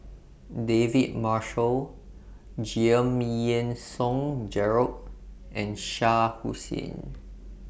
David Marshall Giam Yean Song Gerald and Shah Hussain